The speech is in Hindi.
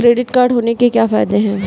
क्रेडिट कार्ड होने के क्या फायदे हैं?